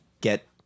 Get